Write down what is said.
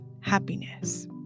happiness